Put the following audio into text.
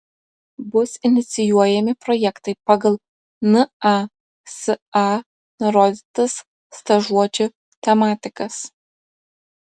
bus inicijuojami projektai pagal nasa nurodytas stažuočių tematikas